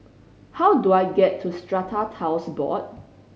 how do I get to Strata Titles Board